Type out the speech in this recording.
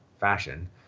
fashion